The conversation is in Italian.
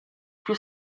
più